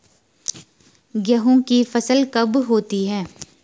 गेहूँ की फसल कब होती है?